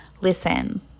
Listen